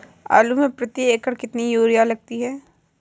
आलू में प्रति एकण कितनी यूरिया लगती है?